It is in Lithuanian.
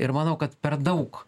ir manau kad per daug